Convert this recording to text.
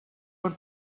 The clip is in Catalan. per